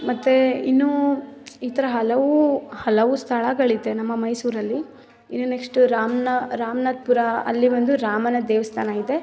ಮತ್ತು ಇನ್ನೂ ಈ ಥರ ಹಲವು ಹಲವು ಸ್ಥಳಗಳಿದೆ ನಮ್ಮ ಮೈಸೂರಲ್ಲಿ ಇನ್ನು ನೆಕ್ಸ್ಟು ರಾಮನ ರಾಮನಾಥ್ಪುರ ಅಲ್ಲಿ ಒಂದು ರಾಮನ ದೇವಸ್ಥಾನ ಇದೆ